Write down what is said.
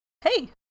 Hey